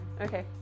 okay